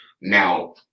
Now